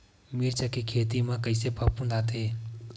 मिर्च के खेती म कइसे फफूंद आथे?